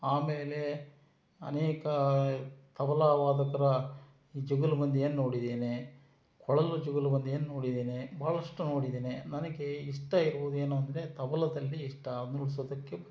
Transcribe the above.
ಆಮೇಲೆ ಅನೇಕ ತಬಲಾ ವಾದಕರ ಈ ಜುಗುಲ್ ಬಂದಿಯನ್ನು ನೋಡಿದ್ದೇನೆ ಕೊಳಲು ಜುಗಲ್ ಬಂದಿಯನ್ನು ನೋಡಿದ್ದೀನಿ ಭಾಳಷ್ಟು ನೋಡಿದ್ದೀನಿ ನನಗೆ ಇಷ್ಟ ಇರುವುದೇನಂದರೆ ತಬಲದಲ್ಲಿ ಇಷ್ಟ ನುಡಿಸೋದಕ್ಕೆ